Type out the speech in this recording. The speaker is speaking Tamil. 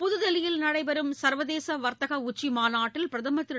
புதுதில்லியில் நடைபெறும் சர்வதேச வர்த்தக உச்சி மாநாட்டில் பிரதமர் திரு